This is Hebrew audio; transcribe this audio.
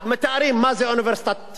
מתארים מה זה אוניברסיטת